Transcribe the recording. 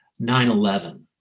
9-11